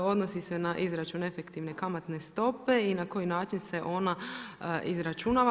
Odnosi se na izračun efektivne kamatne stope i na koji način se ona izračunava.